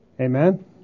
Amen